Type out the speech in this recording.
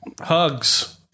hugs